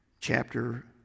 chapter